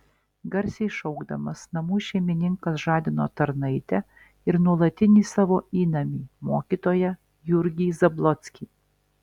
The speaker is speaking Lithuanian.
garsiai šaukdamas namų šeimininkas žadino tarnaitę ir nuolatinį savo įnamį mokytoją jurgį zablockį